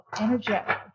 energetic